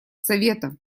совета